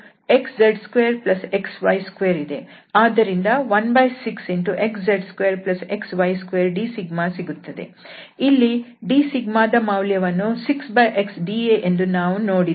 ಆದ್ದರಿಂದ 16xz2xy2dσಸಿಗುತ್ತದೆ ಇದರಲ್ಲಿ d ದ ಮೌಲ್ಯವನ್ನು 6xdAಎಂದು ನಾವು ನೋಡಿದ್ದೇವೆ